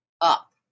up